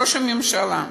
ראש הממשלה,